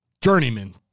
Journeyman